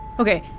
okay,